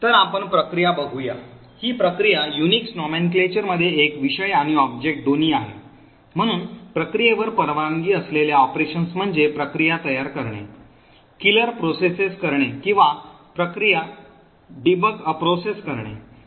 तर आपण प्रक्रिया बघूया ही प्रक्रिया UNIX nomenclature मध्ये एक विषय आणि ऑब्जेक्ट दोन्ही आहे म्हणून प्रक्रियेवर परवानगी असलेल्या ऑपरेशन्स म्हणजे प्रक्रिया तयार करणे किलर प्रोसेस करणे किंवा प्रक्रिया डीबग करणे